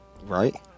Right